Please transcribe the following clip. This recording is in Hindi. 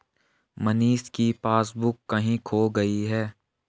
मनीष की पासबुक कहीं खो गई है